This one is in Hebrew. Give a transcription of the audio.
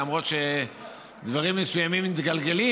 למרות שדברים מסוימים מתגלגלים,